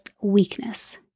weakness